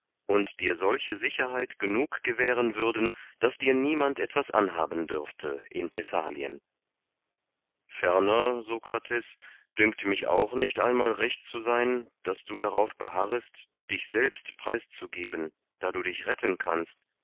und dir solche sicherheit genug gewähren würden daß dir niemand etwas anhaben dürfte in thessalien ferner sokrates dünkt mich auch nicht einmal recht zu sein daß du darauf beharrest dich selbst preiszugeben da du dich retten kannst